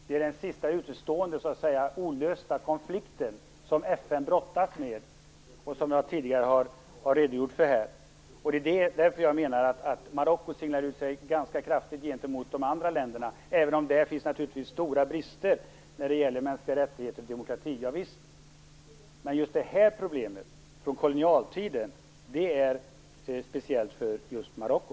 Det är den sista utestående olösta konflikten som FN brottas med. Jag har tidigare här redogjort för den. Det är därför jag menar att Marocko skiljer ut sig ganska kraftig gentemot de andra länderna, även om det naturligtvis finns stora brister där när det gäller mänskliga rättigheter och demokrati. Men det här problemet från kolonialtiden är speciellt för just Marocko.